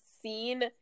seen